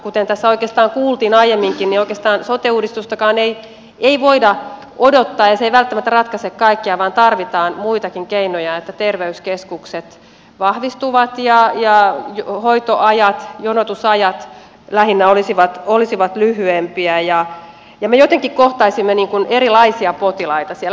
kuten tässä oikeastaan kuultiin aiemminkin niin oikeastaan sote uudistustakaan ei voida odottaa ja se ei välttämättä ratkaise kaikkea vaan tarvitaan muitakin keinoja että terveyskeskukset vahvistuvat ja jonotusajat olisivat lyhyempiä ja me jotenkin kohtaisimme erilaisia potilaita siellä